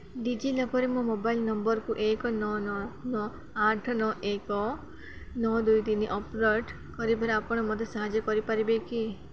ଡିଜିଲକର୍ରେ ମୋ ମୋବାଇଲ୍ ନମ୍ବର୍କୁ ଏକ ନଅ ନଅ ନଅ ଆଠ ନଅ ଏକ ନଅ ଦୁଇ ତିନି ଅପଡ଼େଟ୍ କରିବାରେ ଆପଣ ମୋତେ ସାହାଯ୍ୟ କରିପାରିବେ କି